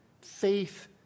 faith